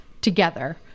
together